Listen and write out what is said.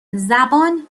زبان